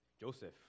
Joseph